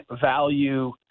value